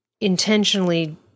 intentionally